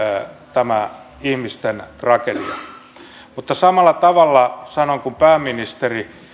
tämä ihmisten tragedia mutta samalla tavalla sanon kuin pääministeri